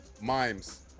Mimes